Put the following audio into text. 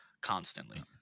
constantly